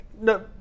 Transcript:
no